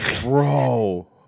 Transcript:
Bro